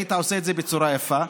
והיית עושה את זה בצורה יפה,